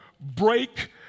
break